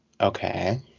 Okay